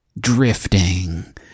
drifting